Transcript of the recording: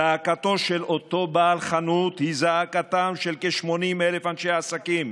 זעקתו של אותו בעל חנות היא זעקתם של כ-80,000 אנשי עסקים